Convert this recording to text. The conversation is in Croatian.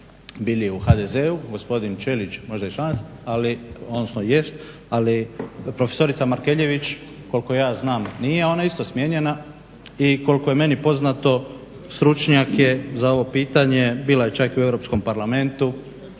bili u HDZ-u. Gospodin Čelić možda je član, odnosno jest, ali prof. Markeljević koliko ja znam nije, a ona je isto smijenjena i koliko je meni poznato stručnjak je za ovo pitanje. Bila je čak i u Europskom parlamentu.